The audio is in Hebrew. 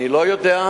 אני לא יודע,